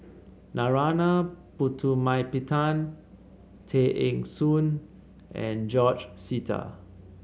Narana Putumaippittan Tay Eng Soon and George Sita